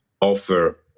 offer